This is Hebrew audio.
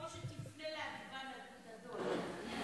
הרב גפני, איך האוצר הצליח לעקוץ אותנו עוד פעם?